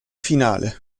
finale